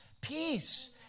peace